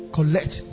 Collect